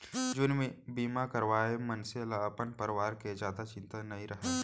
जीवन बीमा करवाए मनसे ल अपन परवार के जादा चिंता नइ रहय